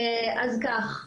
אז כך,